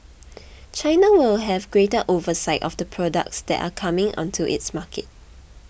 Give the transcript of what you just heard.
China will have greater oversight of the products that are coming onto its market